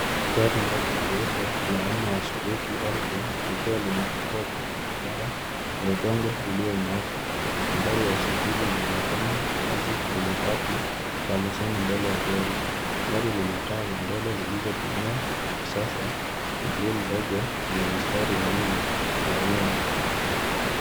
Gari ndogo jeupe, la aina ya Suzuki Alto likiwa limepakiwa kwenye barabara ya udongo iliyonyooka. Nambari ya usajili inaonekana wazi kwenye bati la leseni mbele ya gari. Gari lina taa za mbele zilizobuniwa kisasa, na grill ndogo yenye mistari minne ya wima.